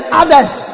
others